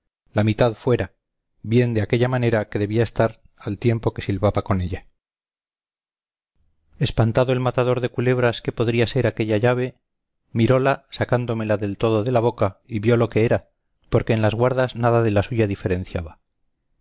la mitad fuera bien de aquella manera que debía estar al tiempo que silbaba con ella espantado el matador de culebras qué podría ser aquella llave miróla sacándomela del todo de la boca y vio lo que era porque en las guardas nada de la suya diferenciaba